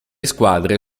squadre